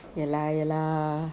ya lah ya lah